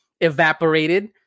evaporated